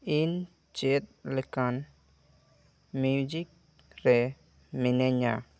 ᱤᱧ ᱪᱮᱫ ᱞᱮᱠᱟᱱ ᱢᱤᱭᱩᱡᱤᱠ ᱨᱮ ᱢᱤᱱᱟᱹᱧᱟ